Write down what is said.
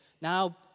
now